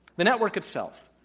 the network itself.